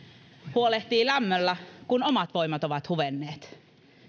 huolehtii lämmöllä kun omat voimamme ovat huvenneet